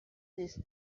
these